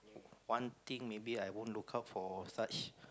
one thing maybe I won't look out for such